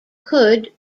could